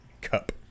cup